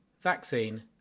Vaccine